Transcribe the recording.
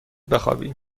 بخوابی